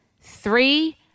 three